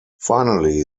finally